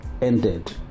ended